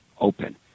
open